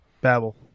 Babel